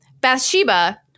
Bathsheba